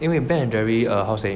因为 Ben and Jerry how to say